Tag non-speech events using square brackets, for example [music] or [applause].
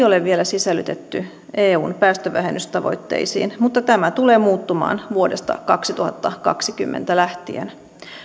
[unintelligible] ole vielä sisällytetty eun päästövähennystavoitteisiin mutta tämä tulee muuttumaan vuodesta kaksituhattakaksikymmentä lähtien